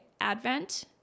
advent